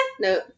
no